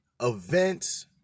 events